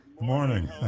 Morning